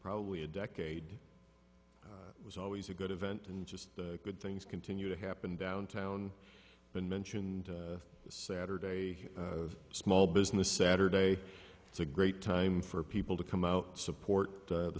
probably a decade it was always a good event and just good things continue to happen downtown been mentioned saturday small business saturday it's a great time for people to come out support